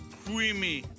creamy